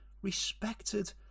respected